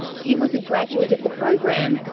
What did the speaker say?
he was a graduate of the program.